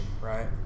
right